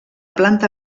planta